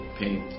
paint